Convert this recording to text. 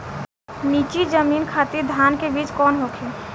नीची जमीन खातिर धान के बीज कौन होखे?